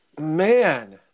man